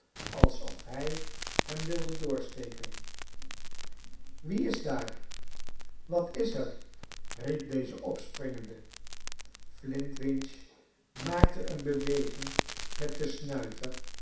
alsof hij hem wilde doorsteken j wie is daar wat is er riep deze opspringende flintwinch maakte een beweging met den snuiter